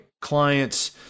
clients